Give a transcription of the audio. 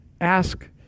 ask